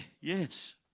yes